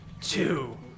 two